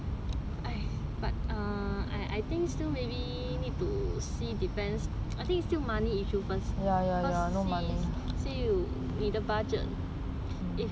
but err I I think still maybe need to see depends I think it's still money issue first cause see you 你的 budget if you not a lot of 钱 then